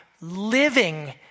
living